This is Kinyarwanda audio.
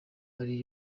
ari